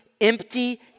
empty